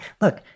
look-